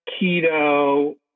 keto